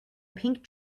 pink